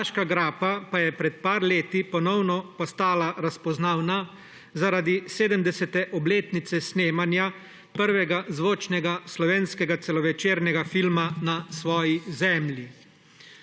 Baška grapa je pred nekaj leti ponovno postala razpoznavna zaradi 70. obletnice snemanja prvega zvočnega slovenskega celovečernega filma Na svoji zemlji.